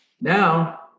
Now